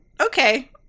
Okay